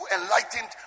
enlightened